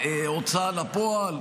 ההוצאה לפועל,